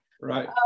right